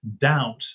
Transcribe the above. doubt